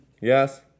Yes